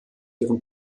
ihren